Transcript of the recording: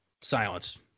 Silence